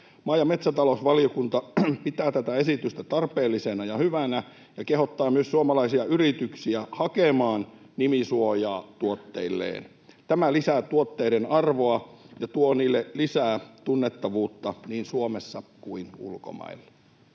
Maa- ja metsätalousvaliokunta pitää tätä esitystä tarpeellisena ja hyvänä ja myös kehottaa suomalaisia yrityksiä hakemaan nimisuojaa tuotteilleen. Tämä lisää tuotteiden arvoa ja tuo niille lisää tunnettavuutta niin Suomessa kuin ulkomailla.